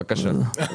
בבקשה.